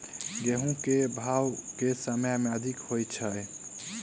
गेंहूँ केँ भाउ केँ समय मे अधिक होइ छै?